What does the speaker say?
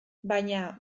baina